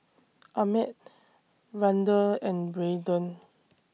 Ahmed Vander and Brayden